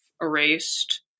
erased